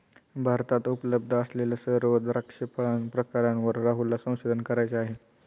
भारतात उपलब्ध असलेल्या सर्व द्राक्ष प्रकारांवर राहुलला संशोधन करायचे आहे